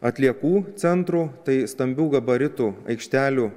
atliekų centrų tai stambių gabaritų aikštelių